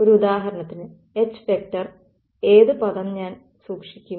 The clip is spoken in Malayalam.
ഒരു ഉദാഹരണത്തിന് H→ ഏത് പദം ഞാൻ സൂക്ഷിക്കും